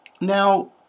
Now